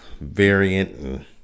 variant